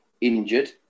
injured